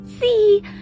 See